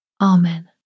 Amen